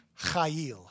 chayil